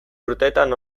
urtetan